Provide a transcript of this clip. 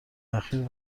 اخیر